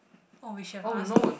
oh we should have asked